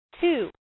Two